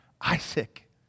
Isaac